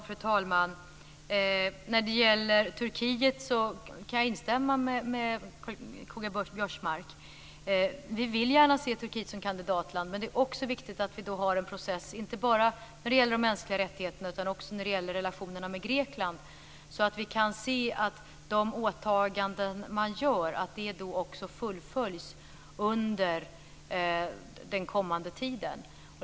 Fru talman! Jag kan instämma med K-G Biörsmark när det gäller Turkiet. Vi vill gärna se Turkiet som kandidatland, men det är viktigt att det blir en process inte bara för de mänskliga rättigheterna utan också för relationerna med Grekland. Vi måste kunna se att de åtaganden Turkiet gör också fullföljs under den kommande tiden.